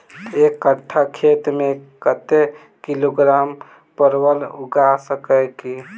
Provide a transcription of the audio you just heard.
एक कट्ठा खेत मे कत्ते किलोग्राम परवल उगा सकय की??